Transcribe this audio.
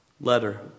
letter